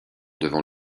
devant